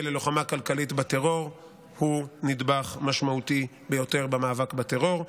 ללוחמה כלכלית בטרור הוא נדבך משמעותי ביותר במאבק בטרור.